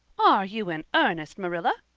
are you in earnest, marilla?